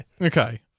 okay